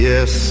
Yes